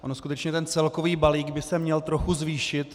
On skutečně ten celkový balík by se měl trochu zvýšit.